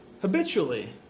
habitually